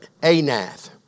Anath